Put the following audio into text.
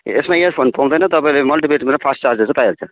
यसमा इयरफोन पाउँदैन तपाईँले मल्टी र फ्ल्यास चार्जर चाहिँ पाइहाल्छ